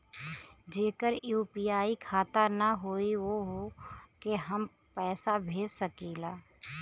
जेकर यू.पी.आई खाता ना होई वोहू के हम पैसा भेज सकीला?